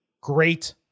great